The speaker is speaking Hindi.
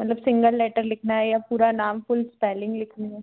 मतलब सिंगल लैटर लिखना है या पूरा नाम फ़ुल स्पेलिंग लिखनी है